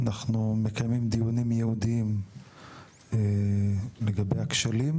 אנחנו מקיימים דיונים ייעודיים לגבי הכשלים